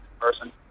person